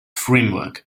framework